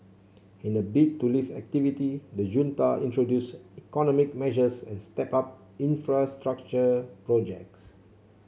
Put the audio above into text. in a bid to lift activity the junta introduced economic measures and stepped up infrastructure projects